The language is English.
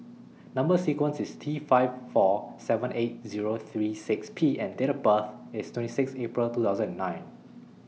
Number sequence IS T five four seven eight Zero three six P and Date of birth IS twenty six April two thousand and nine